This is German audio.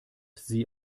sie